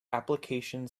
application